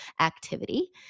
activity